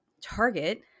Target